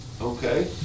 Okay